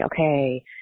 okay